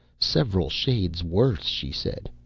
several shades worse, she said.